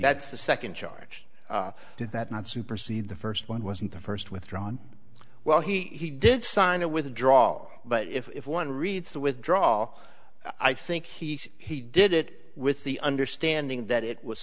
that's the second charge did that not supersede the first one wasn't the first withdrawn well he did sign a withdrawal but if one reads the withdraw i think he did it with the understanding that it was